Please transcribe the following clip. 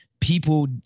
People